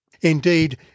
Indeed